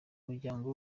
muryango